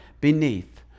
beneath